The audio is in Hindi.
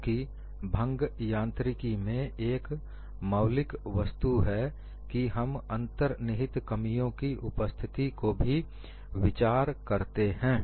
क्योंकि भंग यांत्रिकी में एक मौलिक वस्तु यह है कि हम अंतर्निहित कमियों की उपस्थिति को भी विचार करते हैं